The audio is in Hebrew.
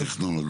בהליכי תכנון.